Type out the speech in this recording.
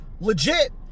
legit